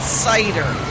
cider